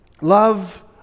love